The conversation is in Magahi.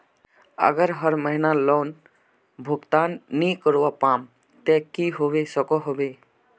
अगर हर महीना लोन भुगतान नी करवा पाम ते की होबे सकोहो होबे?